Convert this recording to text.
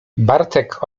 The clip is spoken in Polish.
bartek